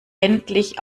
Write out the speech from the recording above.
endlich